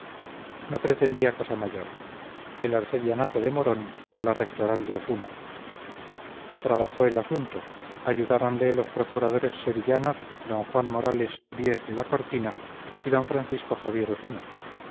no pretendía cosa mayor el arcedianato de morón o la rectoral de osuna trabajó el asunto ayudáronle los procuradores sevillanos don juan morales díez de la cortina y d francisco javier osuna